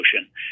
ocean